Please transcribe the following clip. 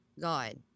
God